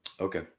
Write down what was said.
Okay